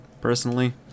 personally